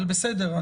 אבל בסדר,